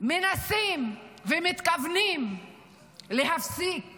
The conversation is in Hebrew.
מנסים ומתכוונים להפסיק